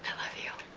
love you,